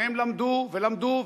והם למדו ולמדו,